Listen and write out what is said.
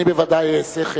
אני בוודאי אעשה כן